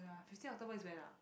ya fifteen October is when ah